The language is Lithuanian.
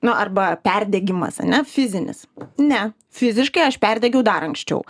na arba perdegimas ane fizinis ne fiziškai aš perdegiau dar anksčiau